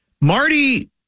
Marty